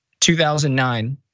2009